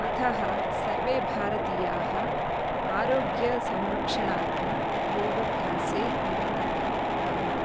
अतः सर्वे भारतीयाः आरोग्यसंरक्षणार्थं योगाभ्यासे निरताः भवन्ति